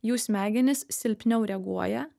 jų smegenys silpniau reaguoja